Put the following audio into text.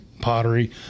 pottery